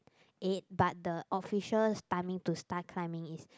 eight but the official's timing to start climbing is